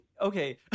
okay